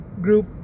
group